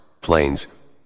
planes